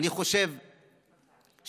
אני חושב שכן,